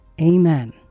Amen